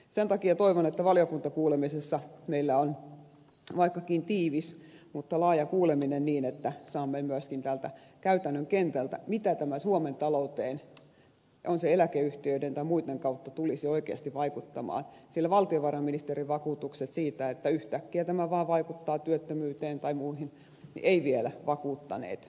sen takia toivon että valiokuntakuulemisessa meillä on vaikkakin tiivis mutta laaja kuuleminen niin että saamme myöskin täältä käytännön kentältä tietoa miten tämä suomen talouteen eläkeyhtiöiden tai muitten kautta tulisi oikeasti vaikuttamaan sillä valtiovarainministerin vakuutukset siitä että yhtäkkiä tämä vaan vaikuttaa työttömyyteen tai muihin eivät vielä vakuuttaneet